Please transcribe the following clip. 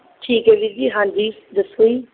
ਠੀਕ ਹੈ ਵੀਰ ਜੀ ਹਾਂਜੀ ਦੱਸੋ ਜੀ